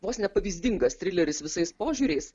vos ne pavyzdingas trileris visais požiūriais